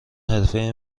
حرفه